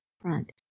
front